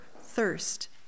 thirst